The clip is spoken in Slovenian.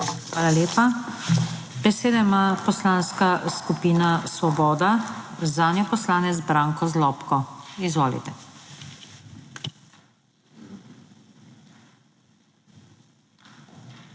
Hvala lepa. Besedo ima Poslanska skupina Svoboda, zanjo poslanec Branko Zlobko. Izvolite.